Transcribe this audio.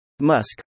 Musk